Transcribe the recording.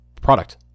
product